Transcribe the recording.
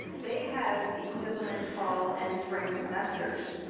they have equivalent fall and spring semester. so